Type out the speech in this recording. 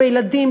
בילדים,